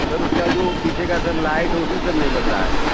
sir उसका जो पीछे का सर लाइट वो भी सर नहीं बदला है